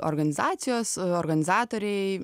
organizacijos organizatoriai